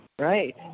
Right